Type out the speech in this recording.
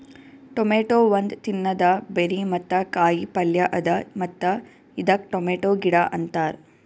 tomato ಒಂದ್ ತಿನ್ನದ berry ಮತ್ತ ಕಾಯಿ ಪಲ್ಯ ಅದಾ ಮತ್ತ ಇದಕ್ ಟೊಮೇಟೊ ಗಿಡ ಅಂತಾರ್